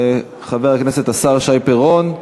חבר הכנסת השר שי פירון,